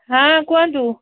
ହଁ କୁହନ୍ତୁ